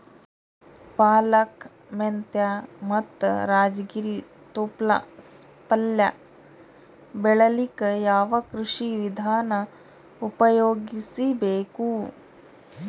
ಪಾಲಕ, ಮೆಂತ್ಯ ಮತ್ತ ರಾಜಗಿರಿ ತೊಪ್ಲ ಪಲ್ಯ ಬೆಳಿಲಿಕ ಯಾವ ಕೃಷಿ ವಿಧಾನ ಉಪಯೋಗಿಸಿ ಬೇಕು?